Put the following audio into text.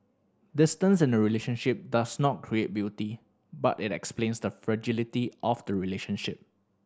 distance in a relationship does not create beauty but it explains the fragility of the relationship